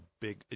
big